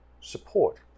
support